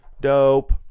dope